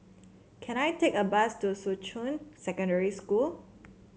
can I take a bus to Shuqun Secondary School